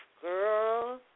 Girl